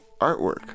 artwork